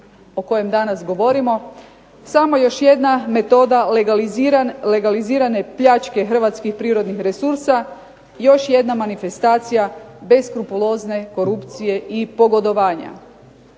o kojem danas govorimo samo još jedna metoda legalizirane pljačke hrvatskih prirodnih resursa, još jedna manifestacija beskrupulozne korupcije i pogodovanja.